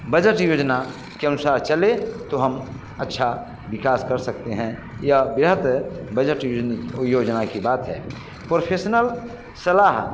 budget योजना के अनुसार चले तो हम अच्छा विकास कर सकते हैं या बेहद बजट योजने योजना की बात है प्रोफेशनल सलाह